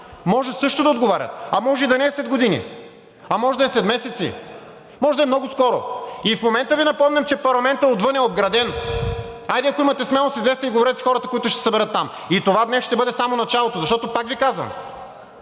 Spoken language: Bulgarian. може също да отговарят, а може и да не е след години, а може да е след месеци, може да е много скоро. И в момента Ви напомням, че парламентът отвън е обграден. Хайде, ако имате смелост, излезте и говорете с хората, които ще се съберат там. И това днес ще бъде само началото, защото, пак Ви казвам,